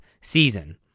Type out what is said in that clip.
season